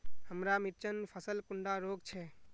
हमार मिर्चन फसल कुंडा रोग छै?